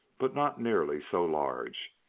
but not nearly so large.